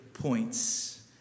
Points